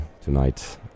tonight